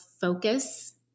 focus